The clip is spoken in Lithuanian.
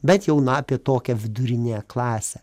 bet jau na apie tokią viduriniąją klasę